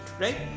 right